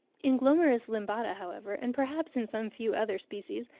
in glomeris limbata, however, and perhaps in some few other species,